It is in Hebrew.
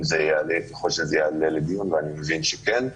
אם זה יעלה, ככל שזה יעלה לדיון, ואני מבין שכן.